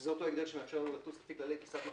שזה אותו הגדר שמאפשר לנו לטוס לפי כללי טיסת מכשירים,